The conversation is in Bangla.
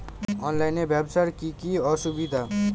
অনলাইনে ব্যবসার কি কি অসুবিধা?